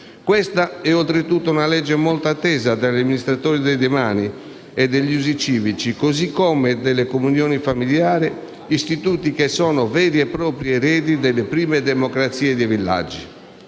Questa è, oltretutto, una legge molto attesa dagli amministratori dei demani e degli usi civici, così come delle comunioni familiari, istituti che sono veri e propri eredi delle prime democrazie dei villaggi.